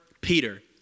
Peter